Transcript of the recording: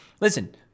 Listen